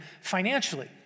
financially